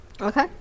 Okay